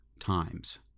times